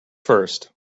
first